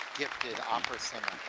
gifted opera singer,